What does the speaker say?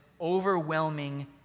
overwhelming